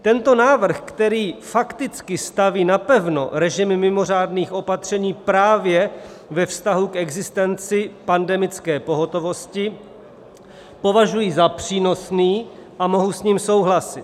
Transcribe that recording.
Tento návrh, který fakticky staví napevno režim mimořádných opatření právě ve vztahu k existenci pandemické pohotovosti, považuji za přínosný a mohu s ním souhlasit.